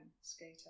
skater